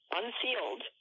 unsealed